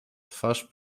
twarz